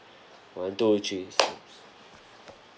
one two three